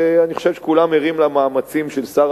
ואני חושב שכולם ערים למאמצים של שר